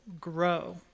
grow